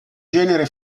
genere